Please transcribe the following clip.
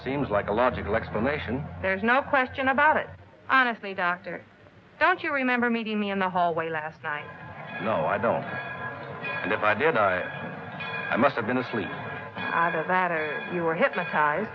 seems like a logical explanation there's not question about it honestly dr don't you remember meeting me in the hallway last night no i don't know if i did i must've been asleep either that or you were hypnotized